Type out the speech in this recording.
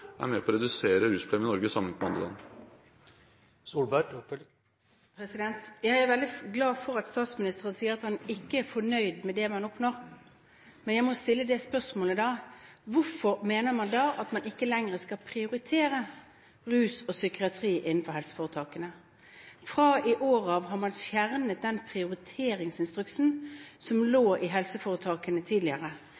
er med på å redusere rusproblemene i Norge. Jeg er veldig glad for at statsministeren sier at han ikke er fornøyd med det man oppnår, men da må jeg stille det spørsmålet: Hvorfor mener man da at man ikke lenger skal prioritere rus og psykiatri innenfor helseforetakene? Fra i år av har man fjernet den prioriteringsinstruksen som lå